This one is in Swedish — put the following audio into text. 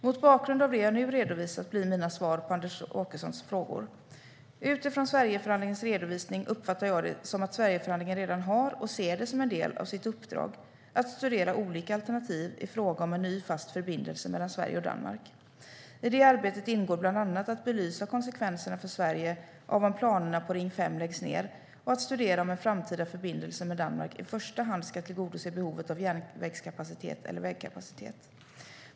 Mot bakgrund av det jag nu redovisat blir mina svar på Anders Åkessons frågor att jag utifrån Sverigeförhandlingens redovisning uppfattar det som att Sverigeförhandlingen redan har, och ser det som en del av sitt uppdrag, att studera olika alternativ i fråga om en ny fast förbindelse mellan Sverige och Danmark. I det arbetet ingår bland annat att belysa konsekvenserna för Sverige om planerna på Ring 5 läggs ned och att studera om en framtida förbindelse med Danmark i första hand ska tillgodose behovet av järnvägskapacitet eller vägkapacitet.